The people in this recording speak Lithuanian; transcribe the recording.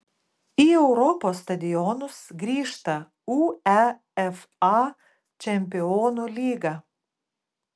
į europos stadionus grįžta uefa čempionų lyga